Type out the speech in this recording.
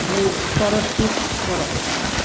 ओमफ्राय सरथिब बर'